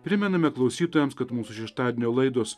primename klausytojams kad mūsų šeštadienio laidos